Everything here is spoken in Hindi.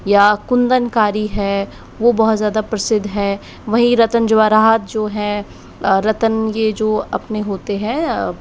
या कुंदनकारी है वो बहुत ज़्यादा प्रसिद्ध है वहीं रत्न जवाहरात जो है रत्न यह जो अपने होते हैं